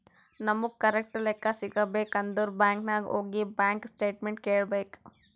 ನಮುಗ್ ಕರೆಕ್ಟ್ ಲೆಕ್ಕಾ ಸಿಗಬೇಕ್ ಅಂದುರ್ ಬ್ಯಾಂಕ್ ನಾಗ್ ಹೋಗಿ ಬ್ಯಾಂಕ್ ಸ್ಟೇಟ್ಮೆಂಟ್ ಕೇಳ್ಬೇಕ್